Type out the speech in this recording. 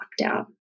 lockdown